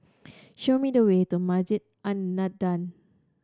show me the way to Masjid An Nahdhah